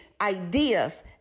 ideas